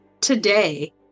today